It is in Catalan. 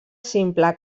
simple